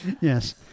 Yes